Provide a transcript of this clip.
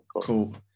Cool